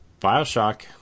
Bioshock